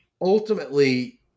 ultimately